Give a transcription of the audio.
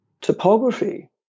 topography